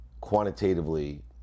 quantitatively